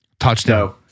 Touchdown